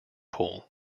pool